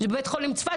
של בית חולים "צפת",